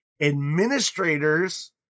administrators